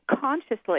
consciously